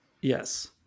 Yes